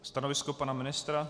Stanovisko pana ministra?